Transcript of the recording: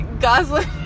Gosling